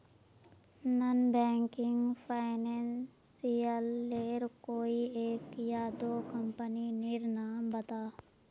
Non banking financial लेर कोई एक या दो कंपनी नीर नाम बता?